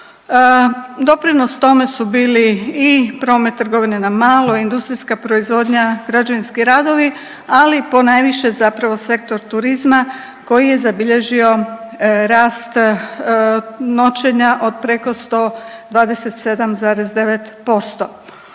Doprinos tome su bili i promet trgovine na malo, industrijska proizvodnja, građevinski radovi, ali ponajviše zapravo sektor turizma koji je zabilježio rast noćenja od preko 127,9%.